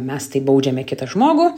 mes taip baudžiame kitą žmogų